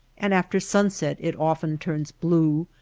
and after sunset it often turns blue,